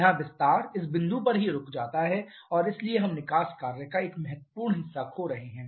यहाँ विस्तार इस बिंदु पर ही रुक जाता है और इसलिए हम निकास कार्य का एक महत्वपूर्ण हिस्सा खो रहे हैं